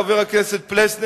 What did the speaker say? חבר הכנסת,